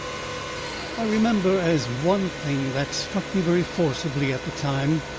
i remember as one thing that struck me very forcibly at the time,